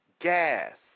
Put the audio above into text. gas